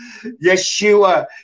Yeshua